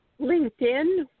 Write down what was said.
LinkedIn